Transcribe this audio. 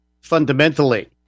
fundamentally